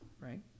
right